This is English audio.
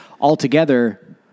altogether